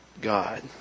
God